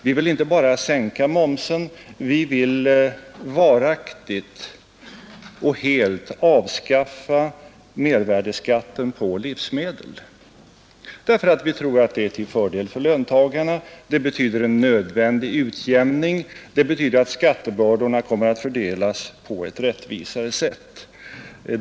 Vi vill inte bara sänka momsen — vi vill varaktigt och helt avskaffa mervärdeskatten på livsmedel. Vi tror att det är till fördel för löntagarna. Det betyder en nödvändig utjämning och det betyder att skattebördorna kommer att fördelas på ett rättvisare sätt.